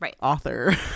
author